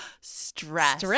stress